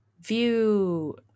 view